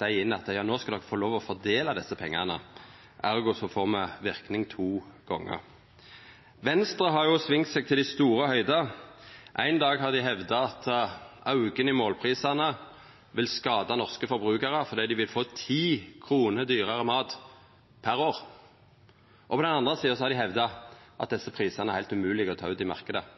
dei inn att: No skal de få lov å fordela desse pengane. Ergo får me verknad to gonger. Venstre har svinga seg til dei store høgder. Ein dag har dei hevda at auken i målprisane vil skada norske forbrukarar fordi dei vil få 10 kr dyrare mat per år. På den andre sida har dei hevda at desse prisane er det heilt umogleg å ta ut i marknaden.